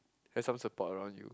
have some support lor you